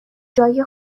جای